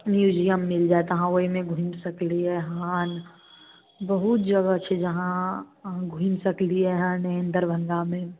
museum मिलि जायत अहाँ ओइमे घुमि सकलियै हन बहुत जगह छै जे अहाँ अहाँ घुमि सकलियै हन दरभङ्गामे